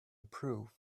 approve